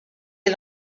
est